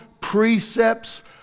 precepts